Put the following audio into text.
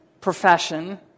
profession